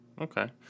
Okay